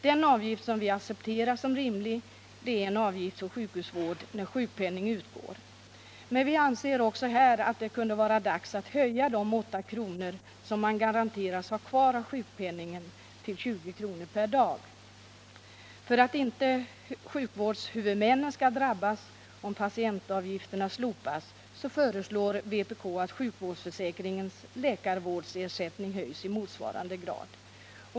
Den avgift som vi accepterar som rimlig är avgift för sjukhusvård när sjukpenning utgår, men vi anser också att det nu kunde vara dags att höja de 8 kr. som man garanteras ha kvar av sjukpenningen till 20 kr. per dag. För att inte sjukvårdshuvudmännen skall drabbas, om patientavgifterna slopas, föreslår vänsterpartiet kommunisterna att sjukvårdsförsäkringens läkarvårdsersättning höjs i motsvarande grad.